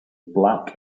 black